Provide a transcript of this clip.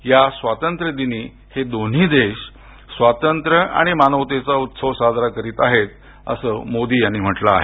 या स्वातंत्र्य दिनी हे दोन्ही देश स्वातंत्र्य आणि मानवतेचा उत्सव साजरा करीत आहेत असं मोदी यांनी म्हटलं आहे